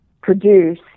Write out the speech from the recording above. produce